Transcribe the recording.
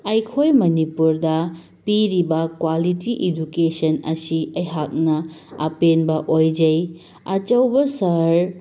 ꯑꯩꯈꯣꯏ ꯃꯅꯤꯄꯨꯔꯗ ꯄꯤꯔꯤꯕ ꯀ꯭ꯋꯥꯂꯤꯇꯤ ꯏꯗꯨꯀꯦꯁꯟ ꯑꯁꯤ ꯑꯩꯍꯥꯛꯅ ꯑꯄꯦꯟꯕ ꯑꯣꯏꯖꯩ ꯑꯆꯧꯕ ꯁꯍꯥꯔ